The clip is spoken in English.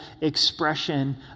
expression